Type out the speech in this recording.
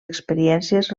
experiències